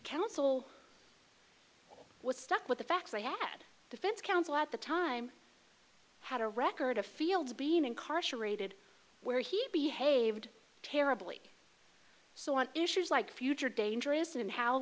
counsel was stuck with the facts i had defense counsel at the time had a record of fields being incarcerated where he behaved terribly so on issues like future dangerous and how